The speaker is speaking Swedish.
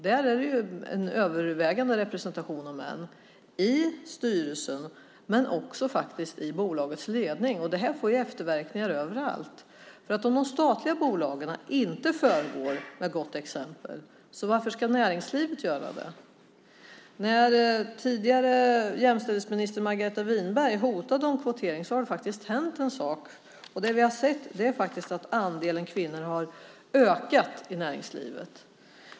Där är det en övervägande representation av män i styrelsen men också i bolagets ledning. Och detta får efterverkningar överallt, därför att om de statliga bolagen inte föregår med gott exempel, varför ska då det privata näringslivet göra det? Efter att tidigare jämställdhetsminister Margareta Winberg hotade med kvotering har det faktiskt hänt något. Och det som vi har sett är att andelen kvinnor har ökat i näringslivet.